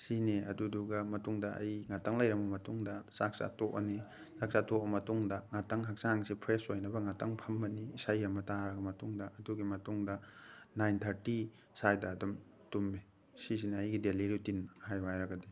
ꯁꯤꯅꯤ ꯑꯗꯨꯗꯨꯒ ꯃꯇꯨꯡꯗ ꯑꯩ ꯉꯥꯛꯇꯪ ꯂꯩꯔꯕ ꯃꯇꯨꯡꯗ ꯆꯥꯛ ꯆꯥ ꯇꯣꯛꯑꯅꯤ ꯆꯥꯛ ꯆꯥꯕ ꯇꯣꯛꯑꯕ ꯃꯇꯨꯡꯗ ꯉꯥꯛꯇꯪ ꯍꯛꯆꯥꯡꯁꯦ ꯐ꯭ꯔꯦꯁ ꯑꯣꯏꯅꯕ ꯉꯥꯛꯇꯪ ꯐꯝꯃꯅꯤ ꯏꯁꯩ ꯑꯃ ꯇꯥꯔꯕ ꯃꯇꯨꯡꯗ ꯑꯗꯨꯒꯤ ꯃꯇꯨꯡꯗ ꯅꯥꯏꯟ ꯊꯥꯔꯇꯤ ꯁ꯭ꯋꯥꯏꯗ ꯑꯗꯨꯝ ꯇꯨꯝꯃꯦ ꯁꯤꯁꯤꯅ ꯑꯩꯒꯤ ꯗꯦꯂꯤ ꯔꯨꯇꯤꯟ ꯍꯥꯏꯌꯣ ꯍꯥꯏꯔꯒꯗꯤ